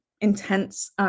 intense